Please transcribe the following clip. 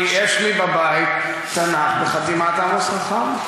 יש לי בבית תנ"ך בחתימת עמוס חכם.